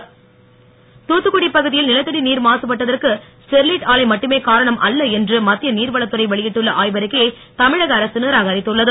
Sterlite Thoothukudi பகுதியில் நிலத்தடி நீர் மாசுபட்டதற்கு ஸ்டெரிலைட் ஆலை மட்டுமே காரணம் அல்ல என்று மத்திய நீர்வளத்துறை வெளியிட்டுள்ள ஆய்வறிக்கையை தமிழக அரசு நிராகரித்துள்ளது